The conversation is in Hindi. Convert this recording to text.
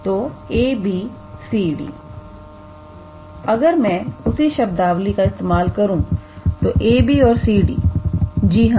अब अगर मैं उसी शब्दावली का इस्तेमाल करूं तो a b और c d जी हां